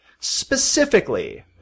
specifically